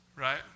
Right